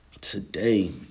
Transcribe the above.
today